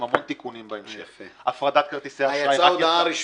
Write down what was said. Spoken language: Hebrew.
עם המון תיקונים בהמשך: הפרדת כרטיסי אשראי --- יצאה הודעה רשמית.